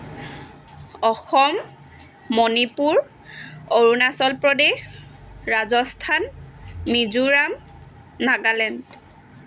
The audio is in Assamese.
অসম মণিপুৰ অৰুণাচল প্ৰদেশ ৰাজস্থান মিজোৰাম নাগালেণ্ড